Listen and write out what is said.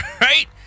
right